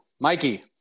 Mikey